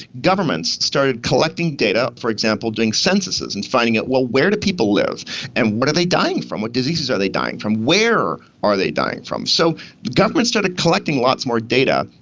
governments started collecting data, for example during censuses and finding out, well, where do people live and what are they dying from, what diseases are they dying from? where are they dying from? so government started collecting lots more data.